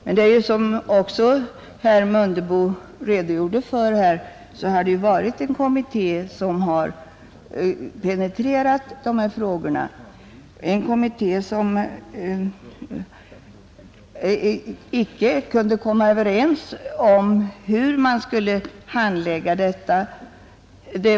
Men som också herr Mundebo redogjorde för här har ju dessa frågor penetrerats av en kommitté, som icke kunde komma överens om hur man skulle handlägga detta.